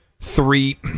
three